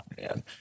man